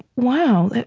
wow,